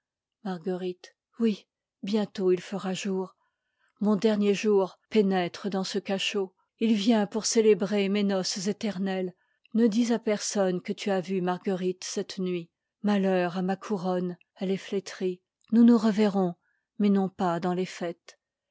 marguerite oui bientôt il fera jour mon dernier jour pénètre dans ce cachot il vient pour célébrer mes noces éternettes ne dis à personne que tu as vu marguerite cette nuit matheur à ma cou ronne elle est flétrie nous nous reverrons mais non pas dans les fêtes